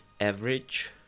average